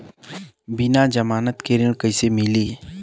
बिना जमानत के ऋण कईसे मिली?